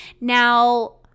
Now